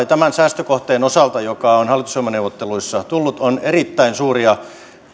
tämän säästökohteen osalta joka on hallitusohjelmaneuvotteluissa tullut on sekä erittäin suuria